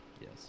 Yes